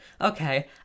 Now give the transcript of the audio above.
okay